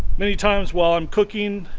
many times while i'm cooking.